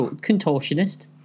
contortionist